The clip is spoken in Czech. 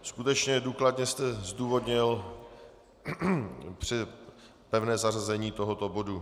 Skutečně důkladně jste zdůvodnil pevné zařazení tohoto bodu.